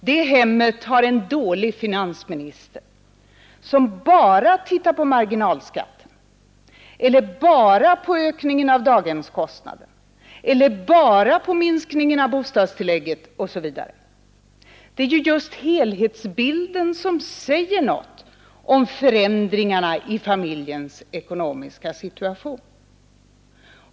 Det hem har en dålig familjeminister som bara ser på marginalskatten eller bara på ökningen av daghemskostnaden eller bara på minskningen av bostadstillägget, osv. Det är just helhetsbilden som säger någonting om förändringarna i familjens ekonomiska situation.